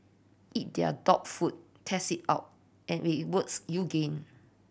eat their dog food test it out and if it works you gain